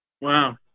Wow